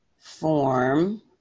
form